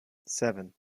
seven